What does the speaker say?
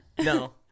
No